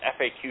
FAQ